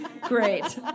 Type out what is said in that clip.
Great